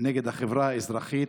נגד החברה האזרחית,